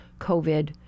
covid